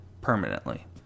permanently